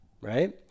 right